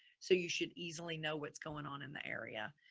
so you should easily know what's going on in the area.